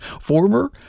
former